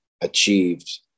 achieved